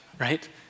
right